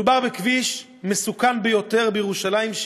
מדובר בכביש מסוכן ביותר בירושלים,